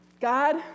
God